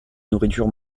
nourriture